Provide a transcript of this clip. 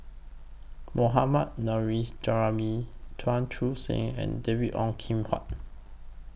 Mohammad Nurrasyid Juraimi Chuan Chu Seng and David Ong Kim Huat